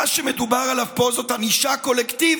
מה שמדובר עליו פה זאת ענישה קולקטיבית,